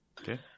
Okay